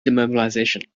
demobilization